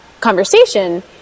conversation